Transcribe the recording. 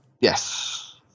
Yes